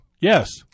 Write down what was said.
Yes